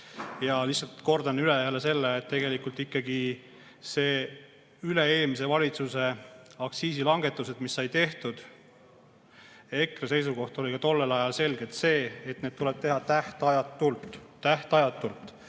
Lihtsalt kordan üle selle, et tegelikult ikkagi üle-eelmise valitsuse aktsiisilangetused, mis said tehtud – EKRE seisukoht oli ka tollel ajal selgelt see, et need tuleb teha tähtajatult. Tähtajatult!